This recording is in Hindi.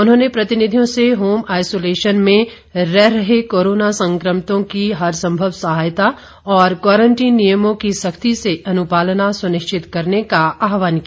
उन्होंने प्रतिनिधियों से होम आइसोलेशन में रह रहे कोरोना संक्रमितों की हर संभव सहायता और क्वारंटीन नियमों की सख्ती से अनुपालना सुनिश्चित करने का आहवान किया